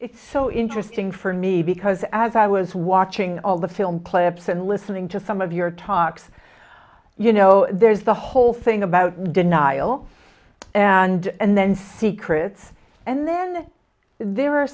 it's so interesting for me because as i was watching all the film clips and listening to some of your talks you know there's the whole thing about denial and then secrets and then there are